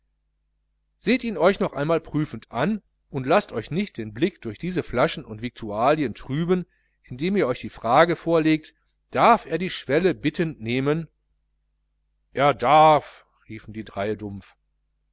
seht ihn euch noch einmal prüfend an und laßt euch nicht den blick durch diese flaschen und viktualien trüben indem ihr euch die frage vorlegt darf er der schwelle bittend nahen er darf riefen die dreie dumpf